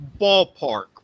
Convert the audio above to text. ballpark